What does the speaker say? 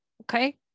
okay